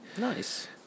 nice